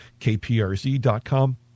kprz.com